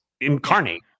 incarnate